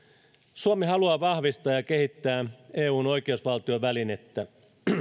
suomi haluaa vahvistaa ja kehittää eun oikeusvaltiovälinettä